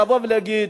לבוא ולהגיד: